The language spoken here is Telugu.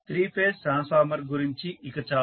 త్రీ ఫేజ్ ట్రాన్స్ఫార్మర్ ల గురించి ఇది చాలు